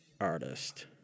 artist